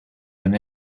than